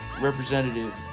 Representative